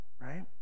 right